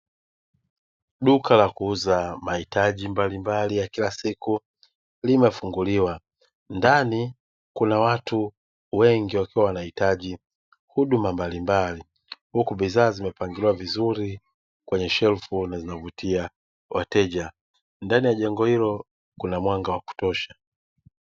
Duka la kuuza mahitaji mbalimbali ya kila siku limefunguliwa. Ndani kuna watu wengi wakiwa wanahitaji huduma mbalimbali, huku bidhaa zimepangiliwa vizuri kwenye shelfu na zinavutia wateja. Ndani ya jengo hilo kuna mwanga wa kutosha.